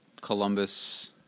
Columbus